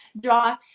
draw